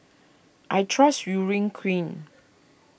I trust Urea Cream